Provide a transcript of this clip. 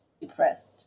depressed